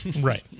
Right